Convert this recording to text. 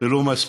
ולא מספיק.